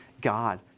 God